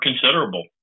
considerable